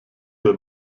der